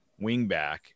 wingback